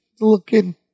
looking